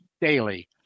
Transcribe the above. daily